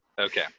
Okay